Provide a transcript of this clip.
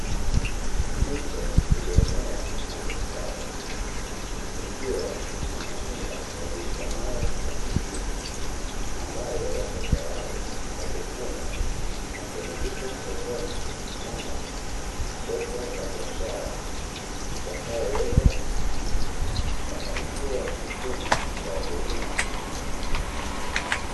Miche iliyomea na kustawi ikiwa na matunda yajulikanayo kama pilipili, ambayo yapo tayari kwa kuvunwa na kuingizwa sokoni kama soko la biashara, itakayoleta mafanikio ya kiuchumi kwa wakulima husika.